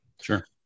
Sure